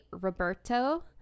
Roberto